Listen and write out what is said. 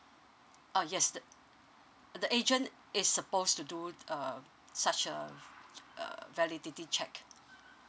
oh yes the agent is supposed to do that uh such um uh validity check